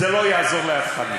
זה לא יעזור לאף אחד מכם.